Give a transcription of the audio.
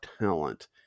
talent